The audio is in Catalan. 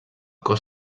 cos